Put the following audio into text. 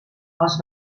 els